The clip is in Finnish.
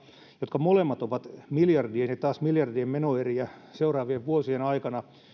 jotka molemmat ovat miljardien ja taas miljardien menoeriä seuraavien vuosien aikana mikä